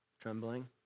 Trembling